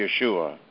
Yeshua